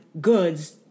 goods